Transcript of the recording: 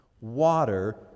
water